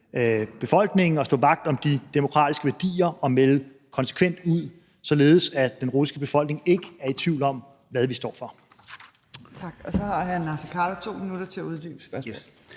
befolkningen og stå vagt om de demokratiske værdier og melde konsekvent ud, således at den russiske befolkning ikke er i tvivl om, hvad vi står for.